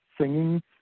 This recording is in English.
singing